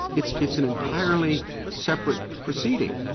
it's it's an entirely separate proceeding.